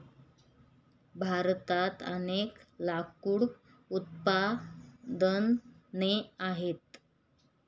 भारतात अनेक लाकूड उत्पादने आहेत